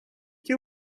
you